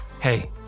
Hey